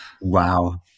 Wow